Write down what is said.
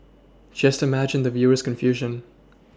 just imagine the viewer's confusion